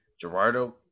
Gerardo